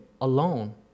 alone